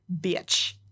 bitch